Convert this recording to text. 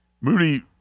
Moody